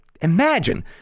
imagine